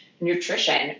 nutrition